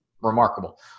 remarkable